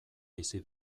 bizi